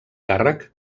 càrrec